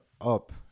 up